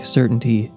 certainty